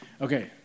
Okay